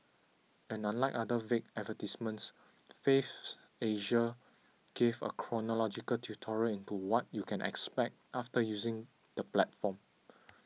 and unlike other vague advertisements Faves Asia gave a chronological tutorial into what you can expect after using the platform